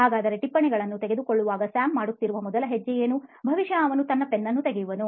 ಹಾಗಾದರೆ ಟಿಪ್ಪಣಿಗಳನ್ನು ತೆಗೆದುಕೊಳ್ಳುವಾಗ ಸ್ಯಾಮ್ ಮಾಡುತ್ತಿರುವ ಮೊದಲ ಹೆಜ್ಜೆ ಏನು ಬಹುಶಃ ಅವನು ತನ್ನ ಪೆನ್ ನ್ನು ತೆಗೆಯುವನು